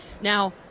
Now